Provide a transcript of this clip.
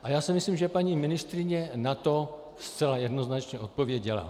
A já si myslím, že paní ministryně na to zcela jednoznačně odpověděla.